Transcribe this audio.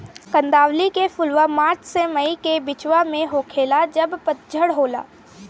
कंदावली के फुलवा मार्च से मई के बिचवा में होखेला जब पतझर होला